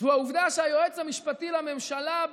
זאת העובדה שהיועץ המשפטי לממשלה,